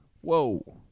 whoa